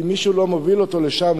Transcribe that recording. אם מישהו לא מוביל אותו לשם,